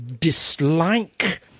dislike